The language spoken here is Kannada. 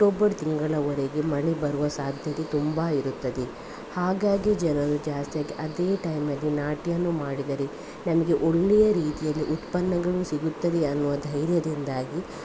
ಅಕ್ಟೋಬರ್ ತಿಂಗಳವರೆಗೆ ಮಳೆ ಬರುವ ಸಾಧ್ಯತೆ ತುಂಬಾ ಇರುತ್ತದೆ ಹಾಗಾಗಿ ಜನರು ಜಾಸ್ತಿಯಾಗಿ ಅದೇ ಟೈಮಲ್ಲಿ ನಾಟಿಯನ್ನು ಮಾಡಿದರೆ ನಮಗೆ ಒಳ್ಳೆಯ ರೀತಿಯಲ್ಲಿ ಉತ್ಪನ್ನಗಳು ಸಿಗುತ್ತದೆ ಅನ್ನುವ ಧೈರ್ಯದಿಂದಾಗಿ